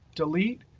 delete,